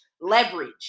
leverage